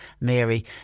Mary